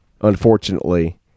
unfortunately